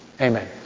Amen